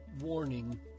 warning